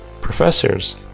professors